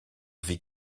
vie